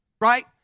right